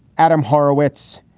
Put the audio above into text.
adam horowitz.